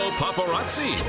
paparazzi